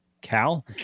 cal